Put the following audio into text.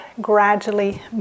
gradually